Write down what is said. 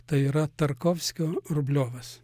tai yra tarkovskio rubliovas